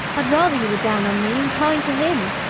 i'd rather you were down on me and kind to him.